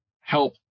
help